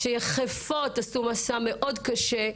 שיחפות עשו מסע מאוד קשה,